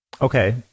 Okay